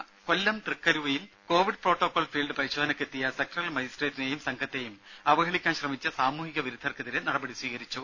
ദ്ദേ കൊല്ലം തൃക്കരുവയിൽ Covid protocol field പരിശോധനയ്ക്കെത്തിയ സെക്ടറൽ മജിസ്ട്രേറ്റിനെയും സംഘത്തെയും അവഹേളിക്കാൻ ശ്രമിച്ച സാമൂഹിക വിരുദ്ധർക്കെതിരെ നടപടി സ്വീകരിച്ചു